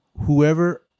whoever